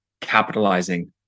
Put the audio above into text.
capitalizing